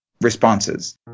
responses